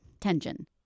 tension